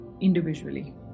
individually